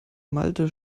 malte